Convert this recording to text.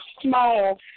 smile